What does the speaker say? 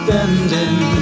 Spending